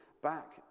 back